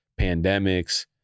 pandemics